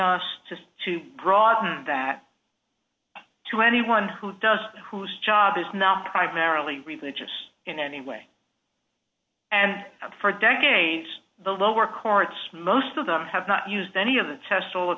us to to broaden that to anyone who does who's job is not primarily religious in any way and for decades the lower courts most of them have not used any of the tests all